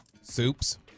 Soups